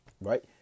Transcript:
Right